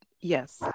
Yes